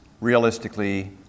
realistically